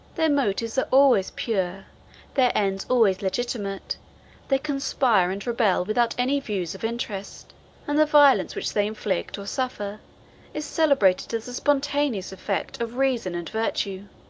their motives are always pure their ends always legitimate they conspire and rebel without any views of interest and the violence which they inflict or suffer is celebrated as the spontaneous effect of reason and virtue.